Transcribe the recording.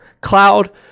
cloud